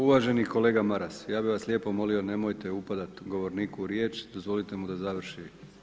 Uvaženi kolega Maras, ja bih vas lijepo molio nemojte upadati govorniku u riječ, dozvolite mu da završi.